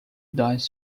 dies